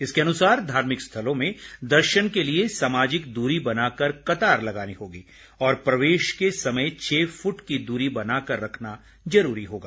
इसके अनुसार धार्मिक स्थलों में दर्शन के लिए सामाजिक दूरी बनाकर कतार लगानी होगी और प्रवेश के समय छह फूट की दूरी बनाकर रखना जरूरी होगा